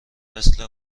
مثل